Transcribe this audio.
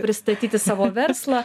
pristatyti savo verslą